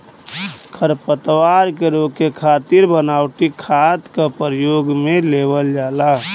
खरपतवार के रोके खातिर बनावटी खाद क परयोग में लेवल जाला